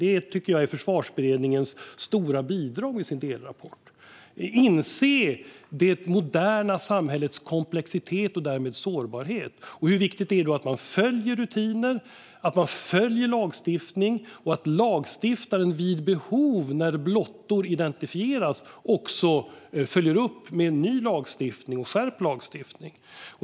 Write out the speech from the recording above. Det tycker jag är Försvarsberedningens stora bidrag i delrapporten: insikten om det moderna samhällets komplexitet och därmed sårbarhet, liksom hur viktigt det är att man följer rutiner och lagstiftning samt att lagstiftare vid behov, när blottor identifieras, följer upp med ny, skärpt lagstiftning.